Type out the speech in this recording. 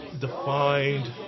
defined